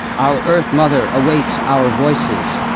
our earth mother awaits our voices.